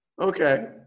Okay